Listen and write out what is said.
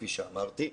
כפי שאמרתי,